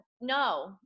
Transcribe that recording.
No